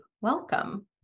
Welcome